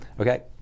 okay